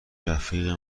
رفیق